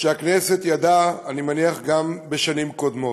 שהכנסת ידעה, אני מניח גם בשנים קודמות.